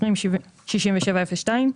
206702,